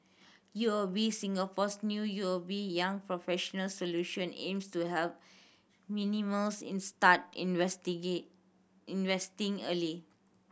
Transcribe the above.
U O B Singapore's new U O B Young Professionals Solution aims to help millennials in start investing early